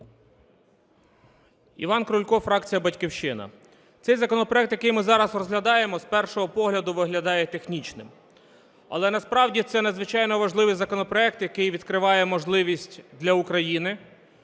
Іван Крулько, фракція "Батьківщина". Цей законопроект, який ми зараз розглядаємо, з першого погляду виглядає технічним. Але насправді це надзвичайно важливий законопроект, який відкриває можливість для України